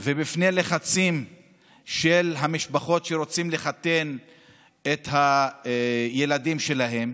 ובפני לחצים של המשפחות שרוצות לחתן את הילדים שלהן,